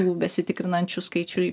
jų besitikrinančių skaičiui